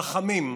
חכמים,